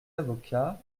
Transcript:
avocat